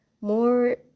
more